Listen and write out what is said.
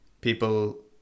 people